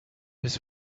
his